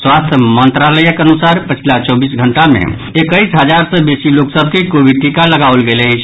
स्वास्थ्य मंत्रालयक अनुसार पछिला चौबीस घंटा मे एक्कैस हजार सॅ बेसी लोक सभ के कोविड टीका लगाओल गेल अछि